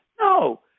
No